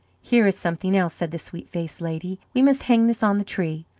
here is something else, said the sweet-faced lady. we must hang this on the tree.